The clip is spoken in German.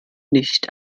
nicht